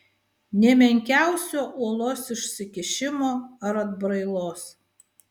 nė menkiausio uolos išsikišimo ar atbrailos